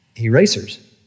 erasers